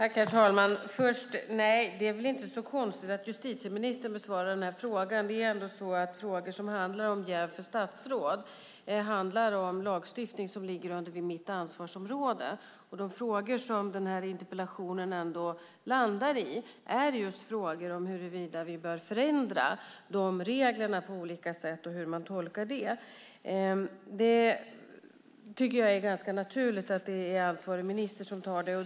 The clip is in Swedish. Herr talman! Nej, det är väl inte så konstigt att justitieministern besvarar den här interpellationen. Det är ändå så att frågor om jäv för statsråd handlar om lagstiftning som ligger under mitt ansvarsområde. Och de frågor som den här interpellationen landar i är just huruvida vi bör förändra reglerna på olika sätt och hur man ska tolka dem. Jag tycker att det är ganska naturligt att det är ansvarig minister som besvarar interpellationen.